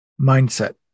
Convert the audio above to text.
mindset